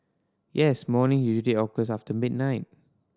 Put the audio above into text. yes morning usually occur after midnight